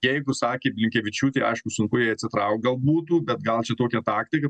jeigu sakė blinkevičiūtė aišku sunku jai atsitraukt gal būdų bet gal čia tokia taktika